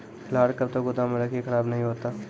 लहार कब तक गुदाम मे रखिए खराब नहीं होता?